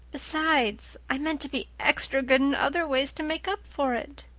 besides, i meant to be extra good in other ways to make up for it.